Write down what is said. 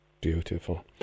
Beautiful